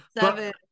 seven